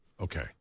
Okay